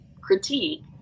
critique